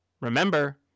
Remember